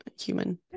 human